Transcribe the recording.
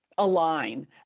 align